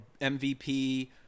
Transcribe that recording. MVP